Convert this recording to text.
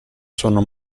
sono